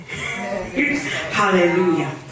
Hallelujah